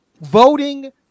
voting